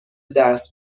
درس